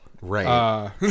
right